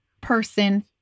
person